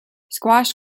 squash